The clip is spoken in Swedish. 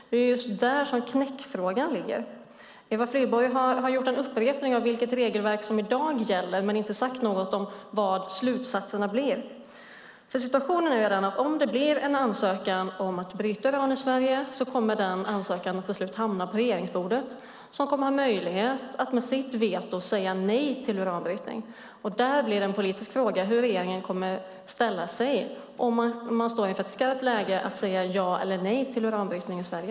Det är just där som knäckfrågan ligger. Eva Flyborg har gjort en upprepning av vilket regelverk som i dag gäller men inte sagt något om vad slutsatserna blir. Situationen är nämligen att om det blir en ansökan om att bryta uran i Sverige kommer denna ansökan till slut att hamna på regeringens bord, och regeringen kommer med sitt veto att ha möjlighet att säga nej till uranbrytning. Då blir det en politisk fråga hur regeringen kommer att ställa sig om den står inför ett skarpt läge att säga ja eller nej till uranbrytning i Sverige.